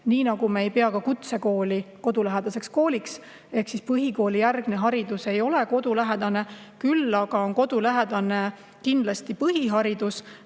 nii nagu me ei pea ka kutsekooli kodulähedaseks kooliks. Ehk siis põhikoolile järgnev haridus [ei pea] olema kodulähedane. Küll aga peab kodulähedane olema kindlasti põhiharidus,